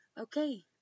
okay